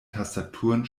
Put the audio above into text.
tastaturen